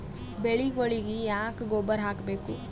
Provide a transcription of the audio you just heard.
ಬೆಳಿಗೊಳಿಗಿ ಯಾಕ ಗೊಬ್ಬರ ಹಾಕಬೇಕು?